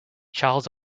charles